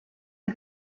die